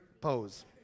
pose